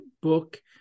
book